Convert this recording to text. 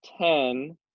Ten